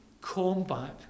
combat